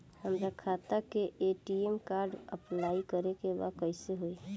हमार खाता के ए.टी.एम कार्ड अप्लाई करे के बा कैसे होई?